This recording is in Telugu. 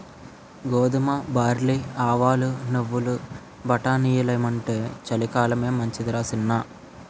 గోధుమ, బార్లీ, ఆవాలు, నువ్వులు, బటానీలెయ్యాలంటే చలికాలమే మంచిదరా సిన్నా